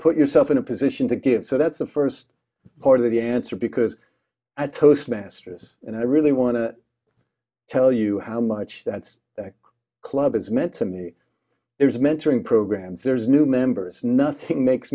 put yourself in a position to give so that's the first part of the answer because i toastmasters and i really want to tell you how much that's club is meant to me there's mentoring programs there's new members nothing makes